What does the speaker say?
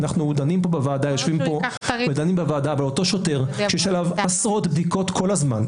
אנחנו דנים בוועדה באותו שוטר שיש עליו עשרות בדיקות כל הזמן,